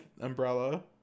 umbrella